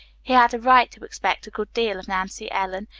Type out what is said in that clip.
he had a right to expect a good deal of nancy ellen.